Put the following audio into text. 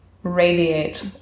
radiate